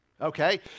Okay